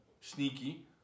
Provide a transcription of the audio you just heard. Sneaky